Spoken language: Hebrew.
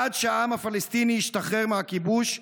עד שהעם הפלסטיני ישתחרר מהכיבוש,